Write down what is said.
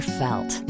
felt